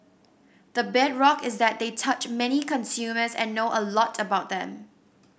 the bedrock is that they touch many consumers and know a lot about them